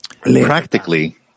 practically